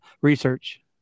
research